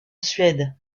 suède